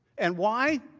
and why?